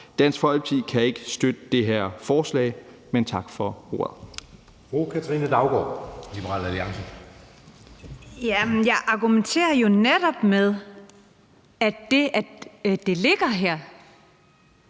Dansk Folkeparti kan ikke støtte det her forslag. Men tak for ordet.